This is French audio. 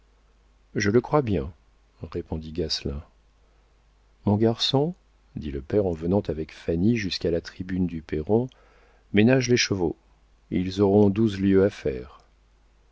je le crois bien répondit gasselin mon garçon dit le père en venant avec fanny jusqu'à la tribune du perron ménage les chevaux ils auront douze lieues à faire